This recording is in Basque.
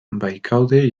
baikaude